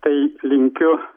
tai linkiu